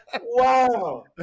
Wow